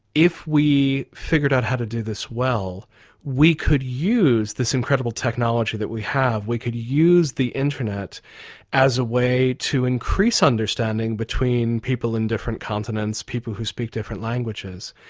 if we figured out how to do this well we could use this incredible technology that we have, we could use the internet as a way to increase understanding between people in different continents, people who speak different languages.